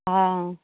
हँ